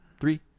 three